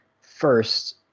first